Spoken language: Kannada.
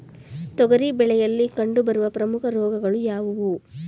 ತೊಗರಿ ಬೆಳೆಯಲ್ಲಿ ಕಂಡುಬರುವ ಪ್ರಮುಖ ರೋಗಗಳು ಯಾವುವು?